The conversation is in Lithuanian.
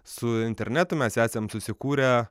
su internetu mes esam susikūrę